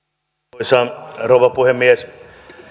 arvoisa rouva puhemies